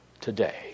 today